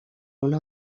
una